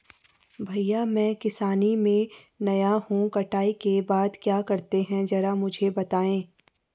भैया मैं किसानी में नया हूं कटाई के बाद क्या करते हैं जरा मुझे बताएं?